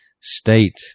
state